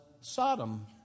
Sodom